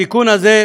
בתיקון הזה,